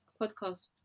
podcast